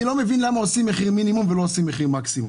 אני לא מבין למה עושים מחיר מינימום ולא עושים מחיר מקסימום.